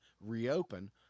reopen